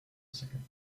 sein